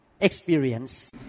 experience